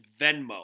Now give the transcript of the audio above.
Venmo